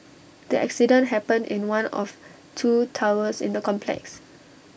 the accident happened in one of two towers in the complex